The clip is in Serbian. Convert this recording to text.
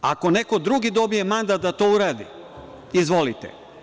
Ako neko drugi dobije mandat da to uradi, izvolite.